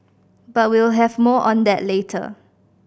but we'll have more on that later